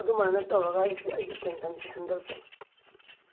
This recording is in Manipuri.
ꯑꯗꯨꯃꯥꯏꯅ ꯇꯧꯔꯒ ꯑꯩꯁꯦ ꯑꯩꯒꯤ ꯇꯦꯟꯁꯟꯁꯦ ꯍꯦꯟꯗꯜ ꯇꯧꯋꯤ